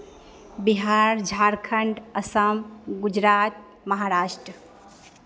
Bihar Jharkhand Assam Gujarat Maharashtra